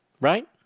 Right